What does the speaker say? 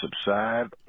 subside